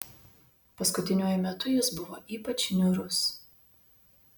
paskutiniuoju metu jis buvo ypač niūrus